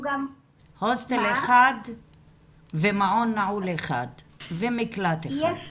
הוסטל אחד ומעון נעול אחד ומקלט אחד.